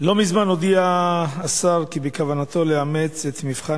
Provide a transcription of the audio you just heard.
לא מזמן הודיע השר כי בכוונתו לאמץ את "מבחן